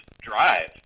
drive